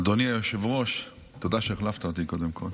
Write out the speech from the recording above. אדוני היושב-ראש, תודה שהחלפת אותי, קודם כול,